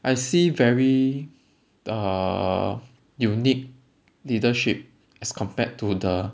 I see very uh unique leadership as compared to the